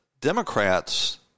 Democrats